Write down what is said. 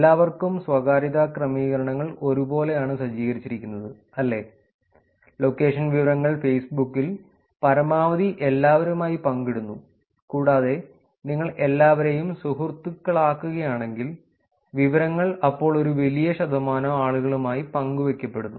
എല്ലാവർക്കും സ്വകാര്യതാ ക്രമീകരണങ്ങൾ ഒരുപോലെ ആണ് സജ്ജീകരിച്ചിരിക്കുന്നത് അല്ലെ ലൊക്കേഷൻ വിവരങ്ങൾ ഫേസ്ബുക്ക് ൽ പരമാവധി എല്ലാവരുമായി പങ്കിടുന്നു കൂടാതെ നിങ്ങൾ എല്ലാവരേയും സുഹൃത്തുക്കളാക്കുകയാണെങ്കിൽ വിവരങ്ങൾ അപ്പോൾ ഒരു വലിയ ശതമാനം ആളുകളുമായി പങ്കുവെക്കപ്പെടുന്നു